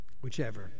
Whichever